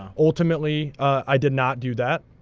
ultimately, i did not do that.